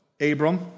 Abram